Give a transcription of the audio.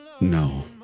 No